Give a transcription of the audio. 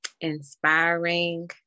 inspiring